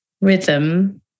rhythm